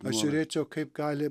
aš žiūrėčiau kaip gali